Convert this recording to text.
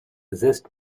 zest